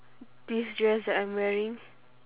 this dress that m wearing